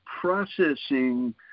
processing